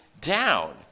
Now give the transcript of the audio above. down